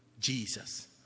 Jesus